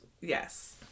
yes